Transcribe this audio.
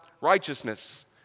righteousness